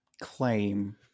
claim